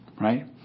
right